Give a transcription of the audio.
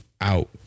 Out